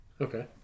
Okay